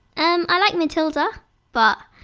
and i like matilda but